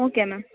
okay ma'am